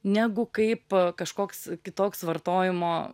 negu kaip kažkoks kitoks vartojimo